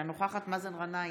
אינה נוכחת מאזן גנאים,